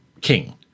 king